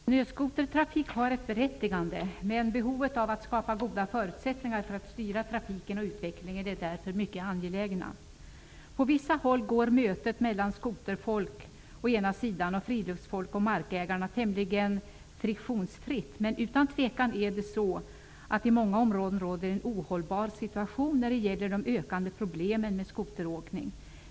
Herr talman! Snöskotertrafik har ett berättigande, men behovet av att skapa goda förutsättningar för att styra trafiken och utvecklingen är mycket angeläget. På vissa håll går mötet mellan snöskoterfolket och friluftsfolket och markägarna tämligen friktionsfritt, men utan tvivel är det så att det i många områden råder en ohållbar situation när det gäller de ökande problemen med skoteråkning.